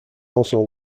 also